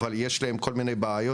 אבל יש להם כל מיני בעיות.